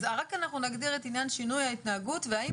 אז רק אנחנו נגדיר את עניין שינוי ההתנהגות והאם